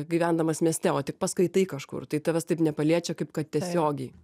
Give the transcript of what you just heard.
gyvendamas mieste o tik paskaitai kažkur tai tavęs taip nepaliečia kaip kad tiesiogiai